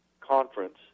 conference